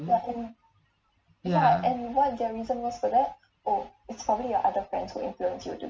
ya